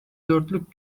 dörtlük